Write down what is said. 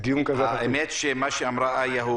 האמת היא שמה שאמרה איה,